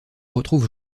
retrouve